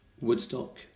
Woodstock